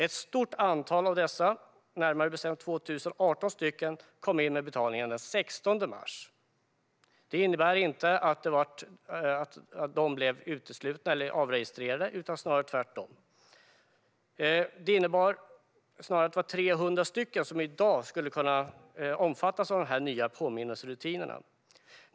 Ett stort antal mäklare kom in med betalning den 16 mars, närmare bestämt 2 018. Det innebar inte att de mäklarna blev uteslutna eller avregistrerade utan snarare tvärtom. Snarare skulle omkring 300 i dag kunna omfattas av de nya påminnelserutinerna.